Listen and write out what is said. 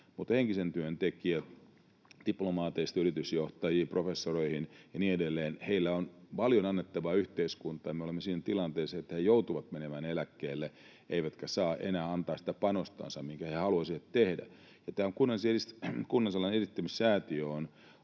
Mutta henkisen työn tekijät diplomaateista yritysjohtajiin, professoreihin ja niin edelleen — heillä on paljon annettavaa yhteiskuntaan, ja me olemme siihen tilanteessa, että he joutuvat menemään eläkkeelle eivätkä saa enää antaa sitä panostansa, minkä he haluaisivat tehdä. Kunnallisalan kehittämissäätiö on